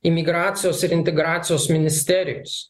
imigracijos ir integracijos ministerijos